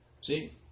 See